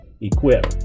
equip